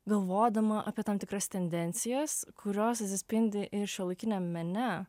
galvodama apie tam tikras tendencijas kurios atsispindi ir šiuolaikiniam mene